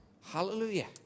Hallelujah